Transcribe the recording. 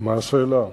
מה השאלה?